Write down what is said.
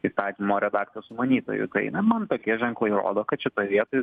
įstatymo redakcijos sumanytojų tai na man tokie ženklai rodo kad šitoj vietoj